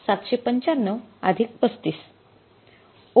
७९५ अधिक ३५